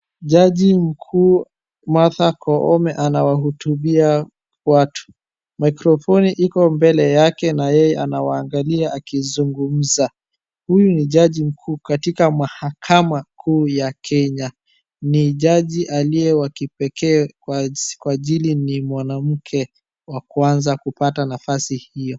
Jaji mkuu Martha Koome anawahutubia watu. Mikrofoni iko mbele yake na yeye anawaangalia akizungumza. Huyu ni jaji mkuu katika Mahakama Kuu ya Kenya. Ni jaji aliye wa kipekee kwa ajili ni mwanamke wa kwanza kupata nafasi hiyo.